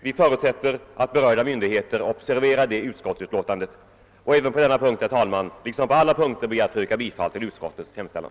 Vi förutsätter att berörda myndigheter observerar detta uttalande, och på denna punkt, liksom på övriga punkter, ber jag att få yrka bifall till utskottets hemställan.